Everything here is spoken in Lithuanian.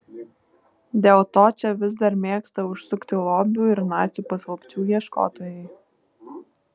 dėl to čia vis dar mėgsta užsukti lobių ir nacių paslapčių ieškotojai